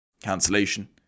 cancellation